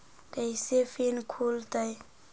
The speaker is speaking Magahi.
कैसे फिन खुल तय?